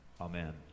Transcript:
Amen